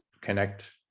connect